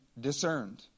discerned